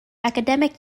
academic